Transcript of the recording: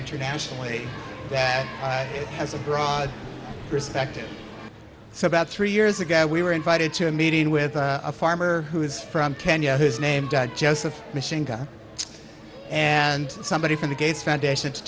internationally that has a broad perspective so about three years ago we were invited to a meeting with a farmer who is from kenya has named joseph machinegun and somebody from the gates foundation to